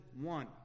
one